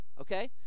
Okay